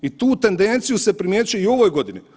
I tu tendenciju se primjećuje i u ovoj godini.